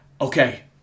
Okay